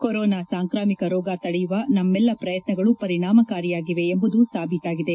corona ಸಾಂಕ್ರಾಮಿಕ ರೋಗ ತಡೆಯುವ ನಮ್ನಲ್ಲಾ ಪ್ರಯತ್ನಗಳು ಪರಿಣಾಮಕಾರಿಯಾಗಿವೆ ಎಂಬುದು ಸಾಬೀತಾಗಿದೆ